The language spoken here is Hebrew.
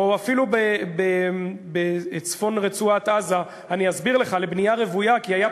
או אפילו בצפון רצועת-עזה, מה זה קשור?